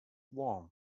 warm